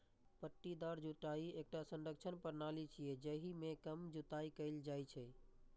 पट्टीदार जुताइ एकटा संरक्षण प्रणाली छियै, जाहि मे कम जुताइ कैल जाइ छै